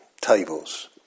tables